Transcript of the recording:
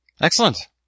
Excellent